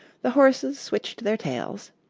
the horses switched their tails.